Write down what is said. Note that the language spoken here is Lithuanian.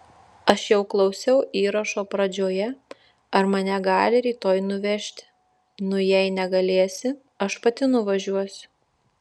aš jau klausiau įrašo pradžioje ar mane gali rytoj nuvežti nu jei negalėsi aš pati nuvažiuosiu